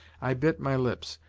i bit my lips.